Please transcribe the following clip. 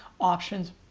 options